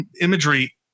imagery